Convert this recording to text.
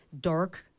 dark